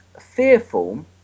fearful